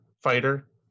fighter